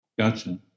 gotcha